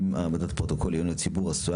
אם העמדת הפרוטוקול לדיון הציבור עשויה